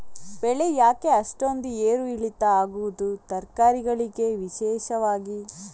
ಬೆಳೆ ಯಾಕೆ ಅಷ್ಟೊಂದು ಏರು ಇಳಿತ ಆಗುವುದು, ತರಕಾರಿ ಗಳಿಗೆ ವಿಶೇಷವಾಗಿ?